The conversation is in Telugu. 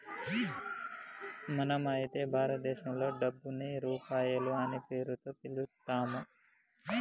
మనం అయితే భారతదేశంలో డబ్బుని రూపాయి అనే పేరుతో పిలుత్తాము